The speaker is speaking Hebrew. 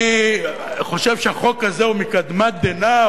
אני חושב שהחוק הזה הוא מקדמת דנא,